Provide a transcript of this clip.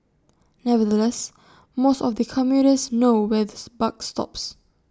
nevertheless most of the commuters know where the buck stops